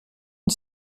une